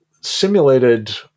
simulated